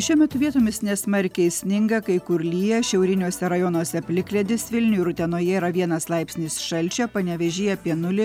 šiuo metu vietomis nesmarkiai sninga kai kur lyja šiauriniuose rajonuose plikledis vilniuj ir utenoje yra vienas laipsnis šalčio panevėžy apie nulį